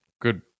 good